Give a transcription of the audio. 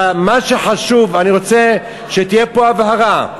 אבל מה שחשוב, אני רוצה שתהיה פה הבהרה: